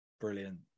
Brilliant